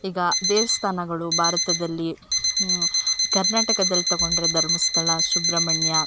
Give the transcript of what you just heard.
ಈಗ ದೇವಸ್ಥಾನಗಳು ಭಾರತದಲ್ಲಿ ಕರ್ನಾಟಕದಲ್ಲಿ ತೊಗೊಂಡ್ರೆ ಧರ್ಮಸ್ಥಳ ಸುಬ್ರಮಣ್ಯ